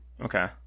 Okay